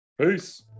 Peace